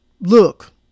Look